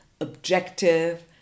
objective